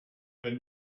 but